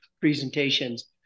presentations